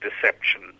deception